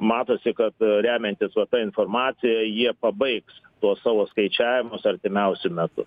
matosi kad remiantis va ta informacija jie pabaigs tuos savo skaičiavimus artimiausiu metu